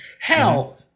hell